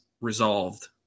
resolved